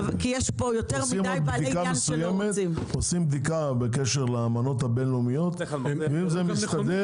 עושים עוד בדיקה מסוימת בקשר לאמנות הבין-לאומיות ואם זה מסתדר,